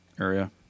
area